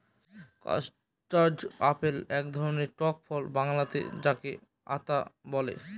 custard apple এক ধরনের টক ফল বাংলাতে যাকে আঁতা বলে